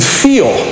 feel